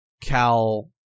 Cal